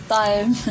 time